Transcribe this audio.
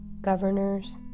governors